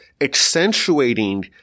accentuating –